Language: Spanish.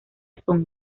son